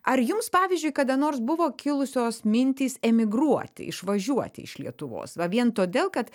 ar jums pavyzdžiui kada nors buvo kilusios mintys emigruoti išvažiuoti iš lietuvos va vien todėl kad